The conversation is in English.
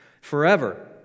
forever